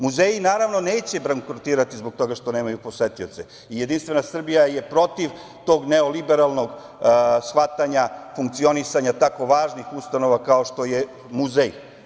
Muzeji, naravno, neće bankrotirati zbog toga što nemaju posetioce i JS je protiv tog neoliberalnog shvatanja funkcionisanja tako važnih ustanova, kao što je muzej.